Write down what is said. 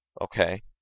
Okay